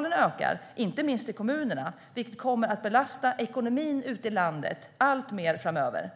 Dessutom ökar sjuktalen, inte minst i kommunerna, vilket kommer att belasta ekonomin ute i hela landet alltmer framöver.